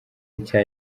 nshya